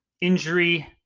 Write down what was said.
injury